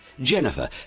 Jennifer